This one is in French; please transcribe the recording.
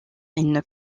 une